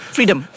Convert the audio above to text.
Freedom